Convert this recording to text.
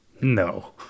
No